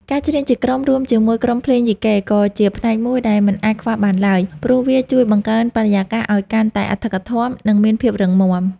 ការច្រៀងជាក្រុមរួមជាមួយក្រុមភ្លេងយីកេ ក៏ជាផ្នែកមួយដែលមិនអាចខ្វះបានឡើយ ព្រោះវាជួយបង្កើនបរិយាកាសឱ្យកាន់តែអធិកអធម និងមានភាពរឹងមាំ។